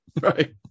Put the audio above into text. right